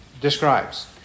describes